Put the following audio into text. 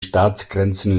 staatsgrenzen